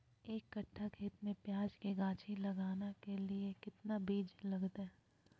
एक कट्ठा खेत में प्याज के गाछी लगाना के लिए कितना बिज लगतय?